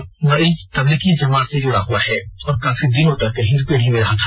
यह मरीज तब्लीगी जमात से जुड़ा हुआ है और काफी दिनों तक हिन्दपीढ़ी में रहा था